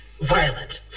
violent